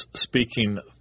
speaking